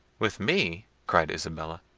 with me! cried isabella.